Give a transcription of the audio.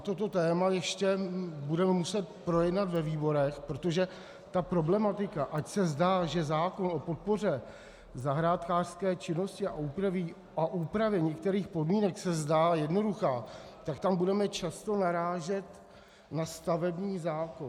Toto téma ještě budeme muset projednat ve výborech, protože ta problematika, ač se zdá, že zákon o podpoře zahrádkářské činnosti a úpravě některých podmínek se zdá jednoduchá, tak tam budeme často narážet na stavební zákon.